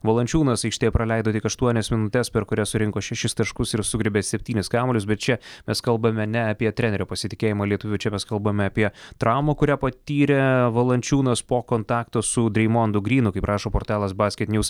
valančiūnas aikštėje praleido tik aštuonias minutes per kurias surinko šešis taškus ir sugriebė septynis kamuolius bet čia mes kalbame ne apie trenerio pasitikėjimą lietuviu čia mes kalbame apie traumą kurią patyrė valančiūnas po kontakto su dreimondu grynu kaip rašo portalas basketnjūs